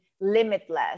limitless